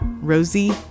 Rosie